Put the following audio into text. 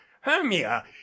hermia